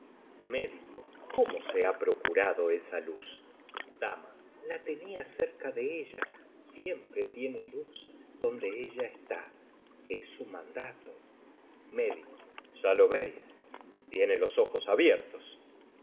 méd cómo se ha procurado esa luz dama la tenía cerca de ella siempre tiene luz donde ella está es su mandato méd ya lo veis tiene los ojos abiertos